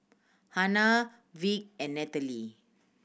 Hannah Vick and Natalee